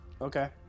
Okay